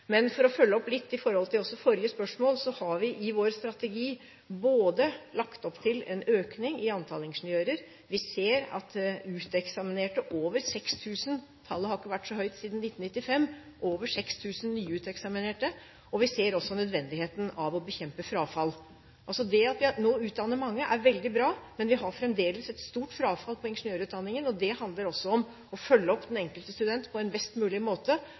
Men for å følge opp litt også med hensyn til forrige spørsmål: Vi har i vår strategi lagt opp til en økning i antallet ingeniører – vi ser at vi har 6 000 nyuteksaminerte; tallet har ikke vært så høyt siden 1995. Vi ser også nødvendigheten av å bekjempe frafall. Så det at vi nå utdanner mange, er veldig bra, men vi har fremdeles et stort frafall i ingeniørutdanningen. Det handler også om å følge opp den enkelte student på en best mulig måte,